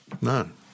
None